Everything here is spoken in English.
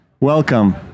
Welcome